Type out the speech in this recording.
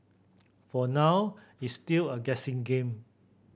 for now it's still a guessing game